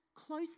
Close